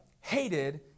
hated